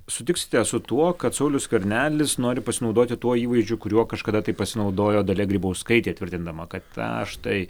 sutiksite su tuo kad saulius skvernelis nori pasinaudoti tuo įvaizdžiu kuriuo kažkada taip pasinaudojo dalia grybauskaitė tvirtindama kad na štai